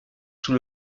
sous